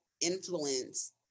influence